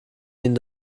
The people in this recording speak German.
ihnen